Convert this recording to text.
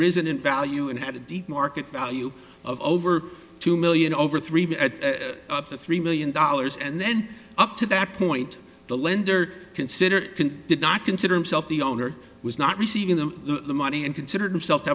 risen in value and had a deep market value of over two million over three up to three million dollars and then up to that point the lender considered did not consider himself the owner was not receiving them the money and considered himself